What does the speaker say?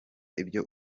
ibyo